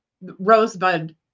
rosebud